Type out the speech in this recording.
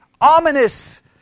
ominous